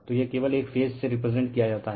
तो यह केवल एक फेज से रिप्रेजेंट किया जाता है